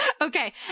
Okay